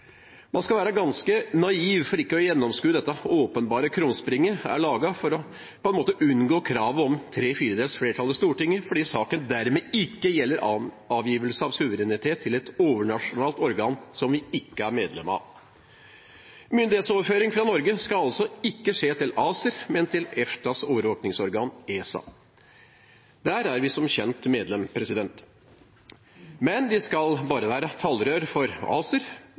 Man skal være ganske naiv for ikke å gjennomskue at dette åpenbare krumspringet er laget for å unngå kravet om tre fjerdedels flertall i Stortinget, fordi saken dermed ikke gjelder avgivelse av suverenitet til et overnasjonalt organ som vi ikke er medlem av. Myndighetsoverføring fra Norge skal altså ikke skje til ACER, men til EFTAs overvåkingsorgan, ESA. Der er vi som kjent medlem. Men de skal bare være et talerør for ACER.